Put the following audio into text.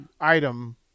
item